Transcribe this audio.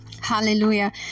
Hallelujah